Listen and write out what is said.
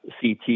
CT